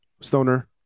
Stoner